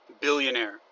Billionaire